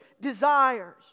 desires